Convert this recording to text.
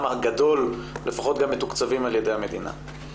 הגדול לפחות גם מתוקצבים על ידי המדינה.